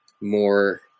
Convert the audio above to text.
more